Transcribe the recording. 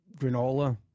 granola